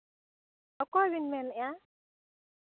ᱚᱠᱚᱭ ᱵᱤᱱ ᱢᱮᱱᱮᱜᱼᱟ